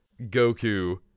Goku